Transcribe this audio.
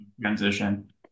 transition